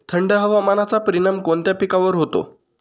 थंड हवामानाचा परिणाम कोणत्या पिकावर होतो?